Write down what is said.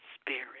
spirit